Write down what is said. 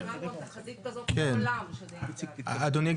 אדוני,